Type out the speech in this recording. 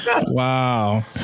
Wow